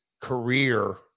career